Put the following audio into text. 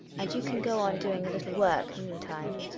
and you can go on doing a little work meantime.